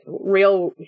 real